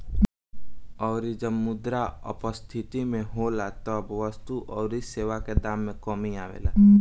अउरी जब मुद्रा अपस्थिति में होला तब वस्तु अउरी सेवा के दाम में कमी आवेला